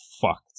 fucked